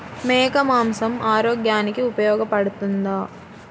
మేక మాంసం ఆరోగ్యానికి ఉపయోగపడుతుందా?